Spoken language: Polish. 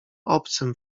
obcym